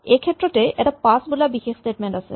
এইক্ষেত্ৰতেই এটা পাছ বোলা বিশেষ স্টেটমেন্ট আছে